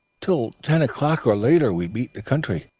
till ten o'clock or later we beat the country,